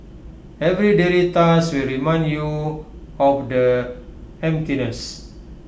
every daily task will remind you of the emptiness